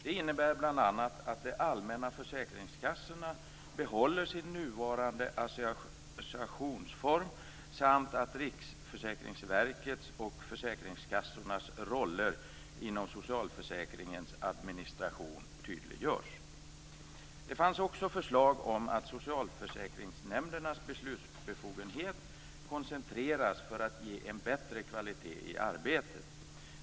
Det innebär bl.a. att de allmänna försäkringskassorna behåller sin nuvarande associationsform samt att Riksförsäkringsverkets och försäkringskassornas roller inom socialförsäkringens administration tydliggörs. Det fanns också förslag om att socialförsäkringsnämndernas beslutsbefogenhet skall koncentreras för att ge en bättre kvalitet i arbetet.